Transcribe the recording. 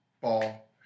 Ball